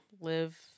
live